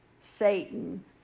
Satan